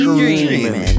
dreaming